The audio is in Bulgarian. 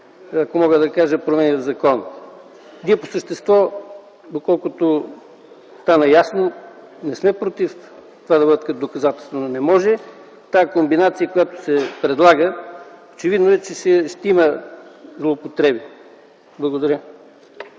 ако мога да кажа, промени в закона. По същество, доколкото стана ясно, не сме против това да бъдат като доказателства, но не може тази комбинация, която се предлага. Очевидно е, че ще има злоупотреби. Благодаря.